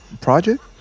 project